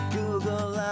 Google